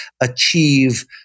achieve